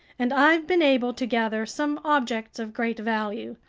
and i've been able to gather some objects of great value.